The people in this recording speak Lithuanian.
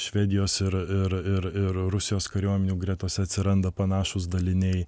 švedijos ir ir ir rusijos kariuomenių gretose atsiranda panašūs daliniai